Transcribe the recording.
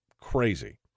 crazy